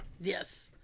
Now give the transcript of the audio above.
Yes